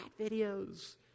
videos